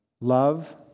Love